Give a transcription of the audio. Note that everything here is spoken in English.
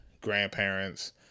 grandparents